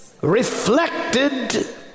reflected